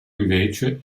invece